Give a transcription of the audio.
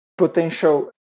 Potential